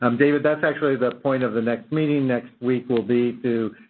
um david, that's actually the point of the next meeting next week, will be to,